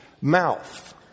mouth